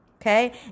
Okay